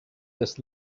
this